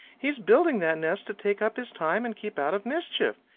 he's building that nest to take up his time and keep out of mischief.